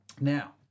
Now